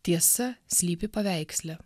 tiesa slypi paveiksle